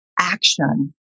Action